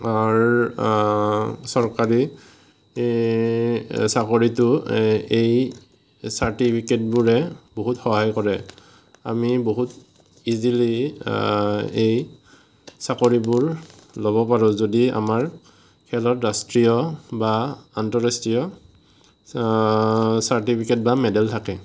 চৰকাৰী চাকৰিটো এই চাৰ্টিফিকেটবোৰে বহুত সহায় কৰে আমি বহুত ইজিলি এই চাকৰিবোৰ ল'ব পাৰোঁ যদি আমাৰ খেলত ৰাষ্ট্ৰীয় বা আন্তঃৰাষ্ট্ৰীয় চাৰ্টিফিকেট বা মেডেল থাকে